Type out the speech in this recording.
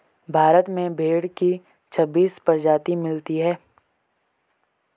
भारत में भेड़ की छब्बीस प्रजाति मिलती है